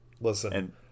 Listen